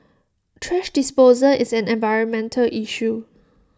thrash disposal is an environmental issue